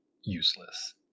useless